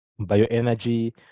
bioenergy